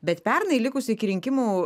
bet pernai likus iki rinkimų